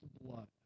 blood